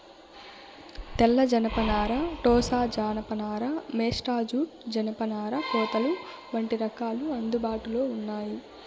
తెల్ల జనపనార, టోసా జానప నార, మేస్టా జూట్, జనపనార కోతలు వంటి రకాలు అందుబాటులో ఉన్నాయి